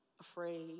afraid